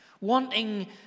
Wanting